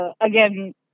Again